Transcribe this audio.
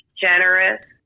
generous